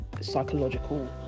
psychological